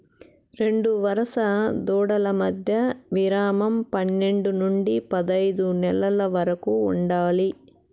రెండు వరుస దూడల మధ్య విరామం పన్నేడు నుండి పదైదు నెలల వరకు ఉండాలి